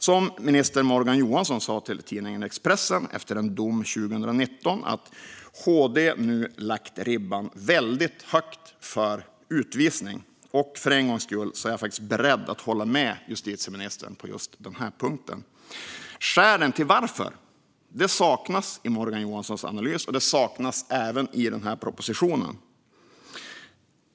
Som minister Morgan Johansson sa till tidningen Expressen efter en dom 2019: "Högsta domstolen har därmed lagt ribban väldigt högt för utvisning." För en gångs skull är jag faktiskt beredd att hålla med justitieministern på just den här punkten. Skälet till varför saknas dock i Morgan Johansson analys och även i den här propositionen.